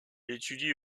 étudie